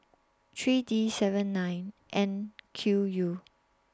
three D seven nine N Q U